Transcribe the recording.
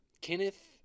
Kenneth